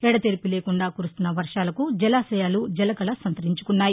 ఎడతెరిపిలేకుండా కురుస్తున్న వర్షాలకు జలాశయాలు జలకళ సంతరించుకున్నాయి